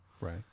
Right